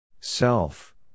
Self